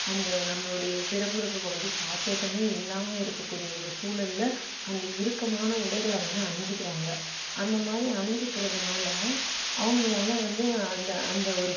அந்த நம்பளுடைய பிறப்புறுப்பு பகுதி காற்தோட்டமே இல்லாமல் இருக்க கூடிய ஒரு சூழலில் அந்த இறுக்கமான உடைகளை வந்து அணிஞ்சிக்கிறாங்க அந்த மாதிரி அணிஞ்சிக்கிறதுனால அவங்களால வந்து அந்த அந்த ஒரு